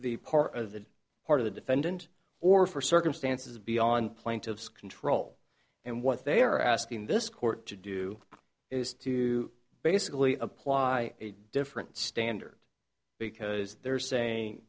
the part of the part of the defendant or for circumstances beyond plaintiff's control and what they are asking this court to do is to basically apply a different standard because they're saying